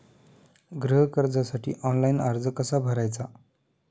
गृह कर्जासाठी ऑनलाइन अर्ज कसा भरायचा?